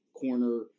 corner